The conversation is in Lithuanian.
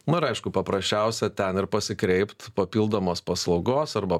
nu ir aišku paprasčiausia ten ir pasikreipt papildomos paslaugos arba